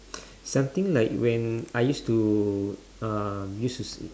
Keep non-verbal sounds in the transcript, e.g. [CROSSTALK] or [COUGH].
[BREATH] something like when I used to um used to sing